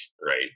right